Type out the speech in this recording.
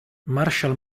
marshall